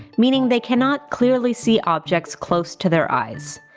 meaning they cannot clearly see objects close to their eyes.